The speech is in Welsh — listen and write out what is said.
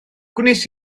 gwnes